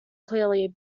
clearly